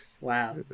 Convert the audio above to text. Wow